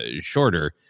shorter